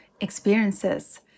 experiences